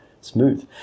smooth